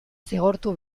zigortu